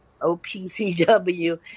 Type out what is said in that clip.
OPCW